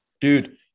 dude